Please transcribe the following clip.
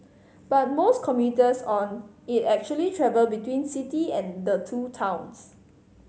but most commuters on it actually travel between city and the two towns